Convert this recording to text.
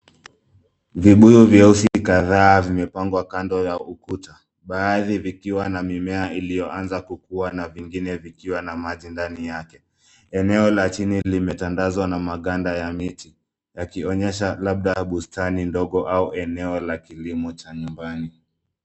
Vibuyu vyeusi kadhaa vimepangwa kando ya ukuta, baadhi vikiwa na mimea iliyoanza kukua na vingine vikiwa na maji ndani yake. Eneo la chini limetandazwa na maganda ya miti, yakionyesha labda bustani ndogo au eneo la kilimo cha nyumbani.